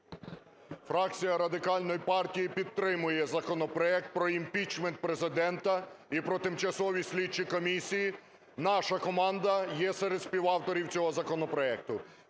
Фракція Радикальної партії підтримує законопроект про імпічмент Президента і про тимчасові слідчі комісії. Наша команда є серед співавторів цього законопроекту.